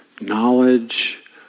knowledge